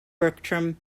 bertram